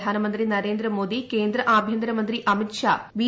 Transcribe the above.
പ്രധാനമന്ത്രി നരേന്ദ്രമോദി് കേന്ദ്ര ആഭ്യന്തരമന്ത്രി അമിത് ഷാ ബി